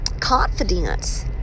confidence